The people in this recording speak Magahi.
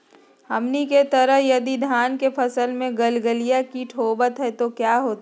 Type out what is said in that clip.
हमनी के तरह यदि धान के फसल में गलगलिया किट होबत है तो क्या होता ह?